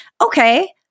Okay